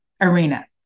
arena